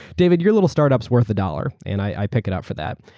david, your little startup is worth a dollar and i pick it up for that.